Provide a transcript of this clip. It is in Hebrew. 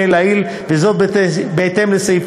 בהתאם לסעיף